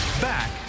Back